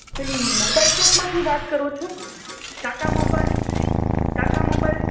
પેલી મોબાઈલ શોપમાંથી વાત કરો છો કાકા મોબાલ કાકા મોબાઈલ